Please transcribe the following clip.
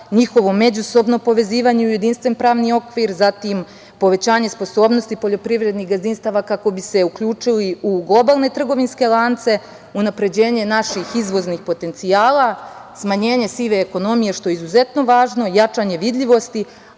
njihovo međusobno povezivanje u jedinstven pravni okvir, zatim povećanje sposobnosti poljoprivrednih gazdinstava kako bi se uključili u globalne trgovinske lance, unapređenje naših izvoznih potencijala, smanjenje sive ekonomije što je izuzetno važno, jačanje vidljivosti,